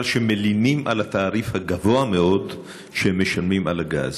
שמלינים על התעריף הגבוה מאוד שהם משלמים על הגז.